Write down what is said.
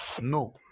No